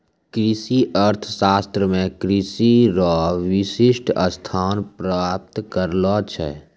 कृषि अर्थशास्त्र मे कृषि रो विशिष्ट स्थान प्राप्त करलो छै